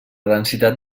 densitat